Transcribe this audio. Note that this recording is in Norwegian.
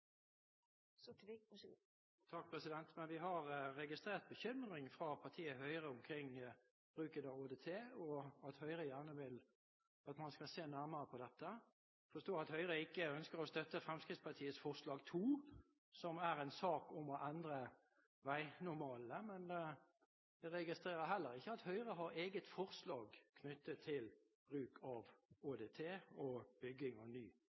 at Høyre gjerne vil at man skal se nærmere på dette. Jeg forstår at Høyre ikke ønsker å støtte Fremskrittspartiets forslag 2, som er en sak om å endre veinormalene. Men jeg registrerer heller ikke at Høyre har eget forslag knyttet til bruk av ÅDT og bygging av ny